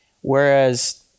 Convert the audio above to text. Whereas